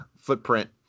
footprint